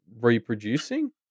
reproducing